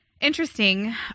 Interesting